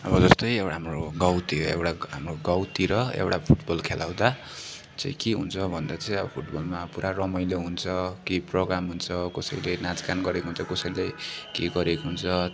अब जस्तै अब हाम्रो गाउँतिर एउटा हाम्रो गाउँतिर एउटा फुटबल खेलाउँदा चाहिँ के हुन्छ भन्दा चाहिँ अब फुटबलमा अब पुरा रमाइलो हुन्छ केही प्रोग्राम हुन्छ कसैले नाचगान गरेको हुन्छ कसैले के गरेको हुन्छ